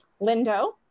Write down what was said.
Lindo